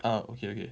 ah okay okay